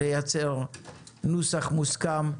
לייצר נוסח מוסכם.